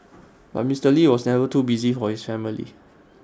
but Mister lee was never too busy for his family